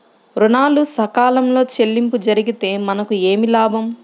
ఋణాలు సకాలంలో చెల్లింపు జరిగితే మనకు ఏమి లాభం?